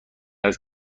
است